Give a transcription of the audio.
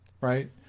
right